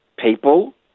people